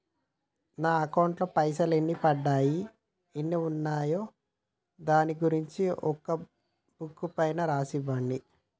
నా అకౌంట్ లో పైసలు ఎన్ని పడ్డాయి ఎన్ని ఉన్నాయో దాని గురించి ఒక బుక్కు పైన రాసి ఇవ్వండి?